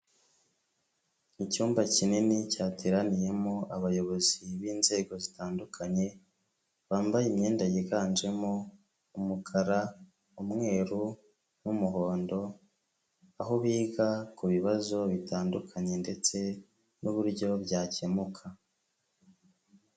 Icyumba kinini cyateraniyemo abayobozi b'inzego zitandukanye, bambaye imyenda yiganjemo umukara, umweru n'umuhondo, aho biga ku bibazo bitandukanye ndetse n'uburyo byakemuka.